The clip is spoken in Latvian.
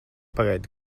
pagaidi